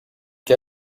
que